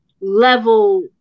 level